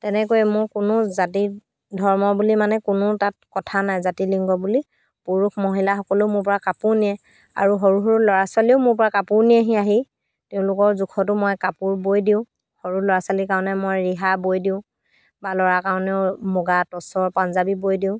তেনেকৈ মোৰ কোনো জাতি ধৰ্ম বুলি মানে কোনো তাত কথা নাই জাতি লিংগ বুলি পুৰুষ মহিলাসকলেও মোৰপৰা কাপোৰ নিয়ে আৰু সৰু সৰু ল'ৰা ছোৱালীয়েও মোৰপৰা কাপোৰ নিয়েহি আহি তেওঁলোকৰ জোখতো মই কাপোৰ বৈ দিওঁ সৰু ল'ৰা ছোৱালীৰ কাৰণে মই ৰিহা বৈ দিওঁ বা ল'ৰাৰ কাৰণেও মুগা টচৰ পাঞ্জাবী বৈ দিওঁ